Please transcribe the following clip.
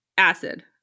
acid